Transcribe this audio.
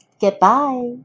goodbye